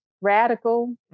radical